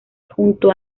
junto